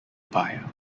empire